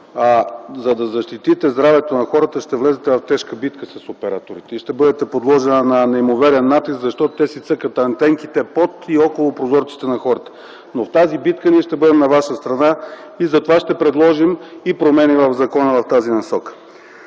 – за да защитите здравето на хората ще влезете в тежки битки с операторите и ще бъдете подложена на неимоверен натиск, защото те си цъкат антенките под прозорците на хората. Но в тази битка ние ще бъдем на Ваша страна и затова ще предложим и промени в закона в тази насока.